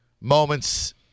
moments